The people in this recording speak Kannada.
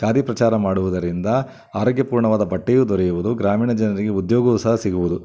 ಖಾದಿ ಪ್ರಚಾರ ಮಾಡುವುದರಿಂದ ಆರೋಗ್ಯಪೂರ್ಣವಾದ ಬಟ್ಟೆಯೂ ದೊರೆಯುವುದು ಗ್ರಾಮೀಣ ಜನರಿಗೆ ಉದ್ಯೋಗವೂ ಸಹ ಸಿಗುವುದು